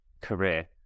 career